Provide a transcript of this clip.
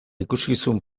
ikuskizun